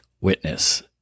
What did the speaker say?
witness